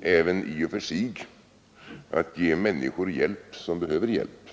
även i och för sig att ge hjälp till människor som behöver hjälp.